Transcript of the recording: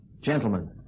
Gentlemen